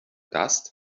dust